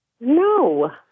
No